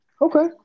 Okay